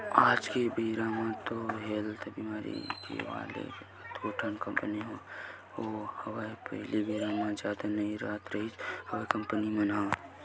आज के बेरा म तो हेल्थ बीमा करे वाले कतको ठन कंपनी होगे हवय पहिली बेरा म जादा नई राहत रिहिस हवय कंपनी मन ह